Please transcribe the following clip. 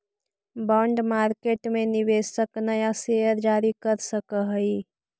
bond market में निवेशक नया शेयर जारी कर सकऽ हई